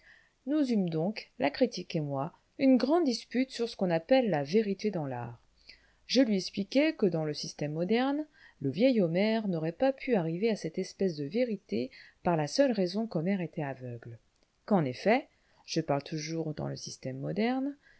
nous eûmes donc la critique et moi une grande dispute sur ce qu'on appelle la vérité dans l'art je lui expliquai que dans le système moderne le vieil homère n'aurait pas pu arriver à cette espèce de vérité par la seule raison qu'homère était aveugle qu'en effet je parle toujours dans le